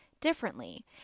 differently